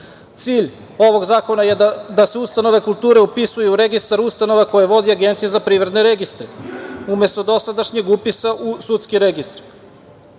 ovog zakona je da se ustanove kulture upisuju u registar ustanova koje vodi Agencija za privredne registre umesto dosadašnjeg upisa u sudske registre.